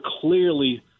clearly